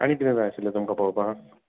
आनी किदें जाय आशिल्लें तुमकां पळोवपाक